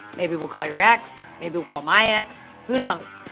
maybe we'll call your ex. maybe we'll call my ex. who knows?